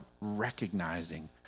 recognizing